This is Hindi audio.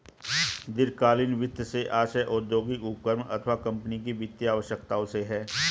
दीर्घकालीन वित्त से आशय औद्योगिक उपक्रम अथवा कम्पनी की वित्तीय आवश्यकताओं से है